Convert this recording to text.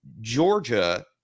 Georgia